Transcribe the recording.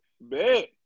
Bet